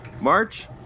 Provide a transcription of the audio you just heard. March